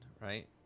right